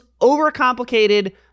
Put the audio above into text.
overcomplicated